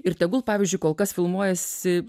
ir tegul pavyzdžiui kol kas filmuojasi